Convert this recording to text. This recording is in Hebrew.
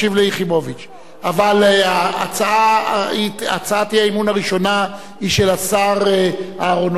אבל הצעת האי-אמון הראשונה היא של השר אהרונוביץ.